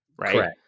right